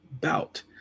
Bout